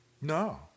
No